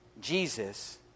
Jesus